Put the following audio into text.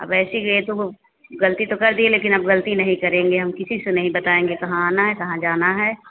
अब ऐसे ही गए तो वह गलती तो कर दिए लेकिन अब गलती नहीं करेंगे हम किसी से नहीं बताएँगे कहाँ आना है कहाँ जाना है